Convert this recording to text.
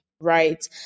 right